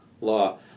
law